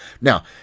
Now